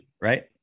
Right